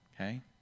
Okay